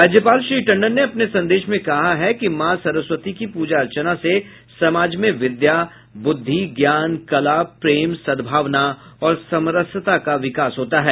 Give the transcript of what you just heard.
राज्यपाल श्री टंडन ने अपने संदेश में कहा है कि मां सरस्वती की पूजा अर्चना से समाज में विद्या बुद्धि ज्ञान कला प्रेम सद्भावना और समरसता का विकास होता है